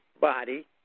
body